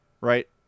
right